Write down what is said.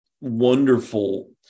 wonderful